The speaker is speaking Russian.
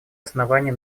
основания